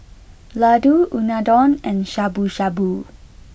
Ladoo Unadon and Shabu Shabu